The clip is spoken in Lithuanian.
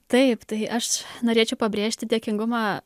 taip tai aš norėčiau pabrėžti dėkingumą